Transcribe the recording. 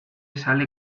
sale